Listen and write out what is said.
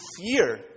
fear